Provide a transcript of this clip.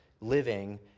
living